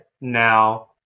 Now